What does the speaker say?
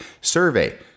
survey